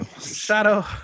Shadow